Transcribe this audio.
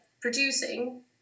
producing